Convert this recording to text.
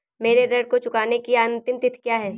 मेरे ऋण को चुकाने की अंतिम तिथि क्या है?